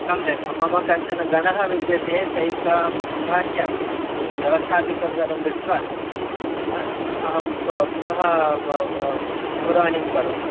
सम्यक् मम कश्चन गणः विद्यते तैस्सह अहं सम्भाष्य व्यवस्थादिकं सर्वं दृष्ट्वा अहं पु पुनः दूरवाणीं करोमि